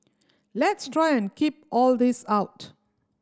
let's try and keep all this out